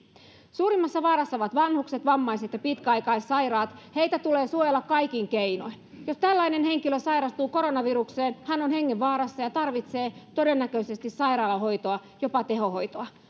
suurimmassa vaarassa ovat vanhukset vammaiset ja pitkäaikaissairaat heitä tulee suojella kaikin keinoin jos tällainen henkilö sairastuu koronavirukseen hän on hengenvaarassa ja tarvitsee todennäköisesti sairaalahoitoa jopa tehohoitoa